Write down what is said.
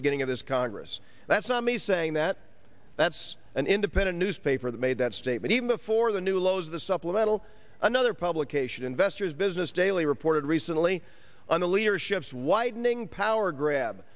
beginning of this congress that's not me saying that that's an independent newspaper that made that statement even before the new lows the supplemental another publication investor's business daily reported recently on the leadership's widening power grab